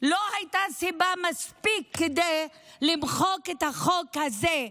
לא הייתה סיבה מספיקה כדי למחוק את החוק הזה,